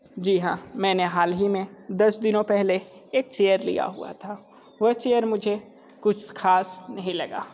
जी हाँ मैंने हाल ही में दस दिनों पहले एक चेयर लिया हुआ था वो चेयर मुझे कुछ खास नहीं लगा